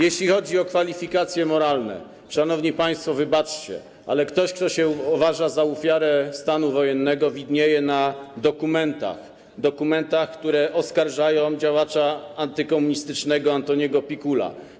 Jeśli chodzi o kwalifikacje moralne, szanowni państwo, wybaczcie, ale ktoś, kto się uważa za ofiarę stanu wojennego, widnieje na dokumentach, które oskarżają działacza antykomunistycznego Antoniego Pikula.